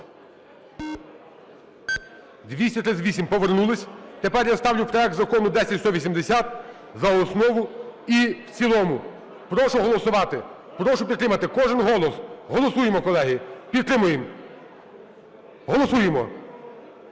За-238 Повернулися. Тепер я ставлю проект Закону 10180 за основу і в цілому. Прошу голосувати. Прошу підтримати. Кожен голос. Голосуємо, колеги. Підтримуємо. Голосуємо.